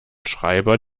schreiber